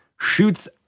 shoots